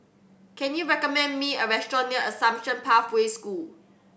can you recommend me a restaurant near Assumption Pathway School